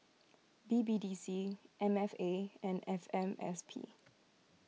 B B D C M F A and F M S P